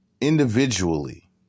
individually